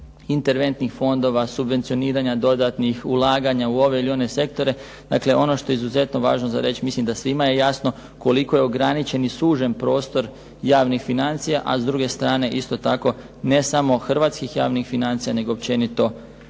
interventnih fondova, subvencioniranja dodatnih, ulaganja u ove ili one sektore. Dakle ono što je izuzetno važno za reći, mislim da svima je jasno koliko je ograničen i sužen prostor javnih financija, a s druge strane isto tako ne samo hrvatskih javnih financija, nego općenito